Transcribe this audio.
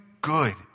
good